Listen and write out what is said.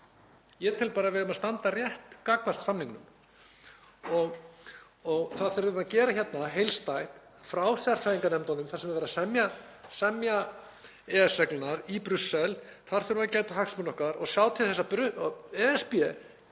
Ég tel bara að við eigum að standa rétt gagnvart samningnum. Það þurfum við að gera heildstætt frá sérfræðinganefndunum þar sem verið er að semja EES-reglurnar í Brussel. Þar þurfum við að gæta hagsmuna okkar og sjá til þess að ESB hafi